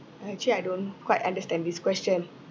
actually I don't quite understand this question